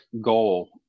goal